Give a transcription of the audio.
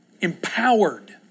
empowered